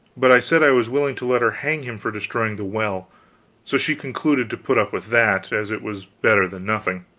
but i said i was willing to let her hang him for destroying the well so she concluded to put up with that, as it was better than nothing.